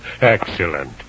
Excellent